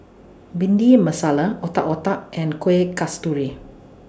Bhindi Masala Otak Otak and Kueh Kasturi